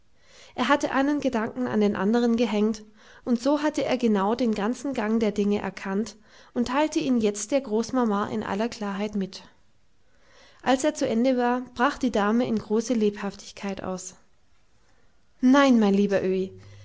er hatte einen gedanken an den andern gehängt und so hatte er genau den ganzen gang der dinge erkannt und teilte ihn jetzt der großmama in aller klarheit mit als er zu ende war brach die dame in große lebhaftigkeit aus nein mein lieber